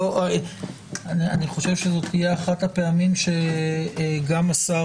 אני חושב שזו תהיה אחת הפעמים שגם השר